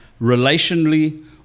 relationally